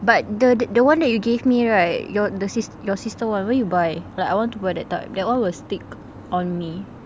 but the the one that you gave me right your the sis~ your sister where you buy like I want to buy that type that one will stick on me